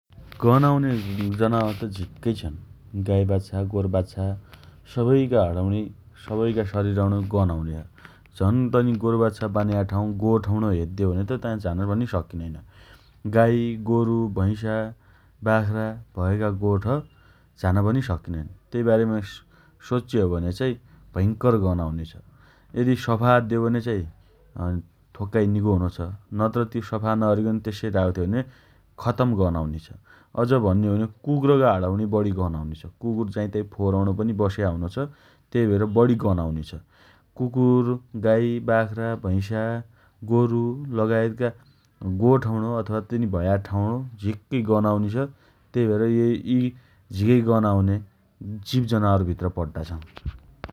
गन आउने जनवार त झिक्कै छन् । गाइबाच्छा, गोरबाच्छा सबैका हणम्णी सबैका शरिरम्णी गन आउनी छ । झन् तनी गोरुबाच्छा बान्या ठाउँ गोठम्णे हेद्दे हो भने त ताँ झान पन सक्किनैन । गाई, गोरु, भैँसा, बाख्रा भएका गोठ झान पनि सक्किनैन । त्यही बारेमी सोच्चे हो भने भयंकर गना आउनि छ । यदि सफा अद्दे हो भने अँ थोक्काइ निको हुनो छ । नत्र त्यो सफा नअरिकन तेस्सै राख्ते हो भने खत्तम गन आउनि छ । अझ भन्ने हो भने कुकरका हणम्णी बढी गन आउनि छ । कुकुर जाईँताईँ फोहोरम्णो पनि बस्या हुनो छ । त्यही भएर बढी गन आउनि छ । कुकुर, गाई, बाख्रा, भैँसा, गोरु लगायतका गोठम्णो अथवा तनी भया ठाउँम्णो झिक्कै गन आउनि छ । त्यहि भएर ई यी झिकै गन आउने जीव जनावर भित्र पड्डा छन् ।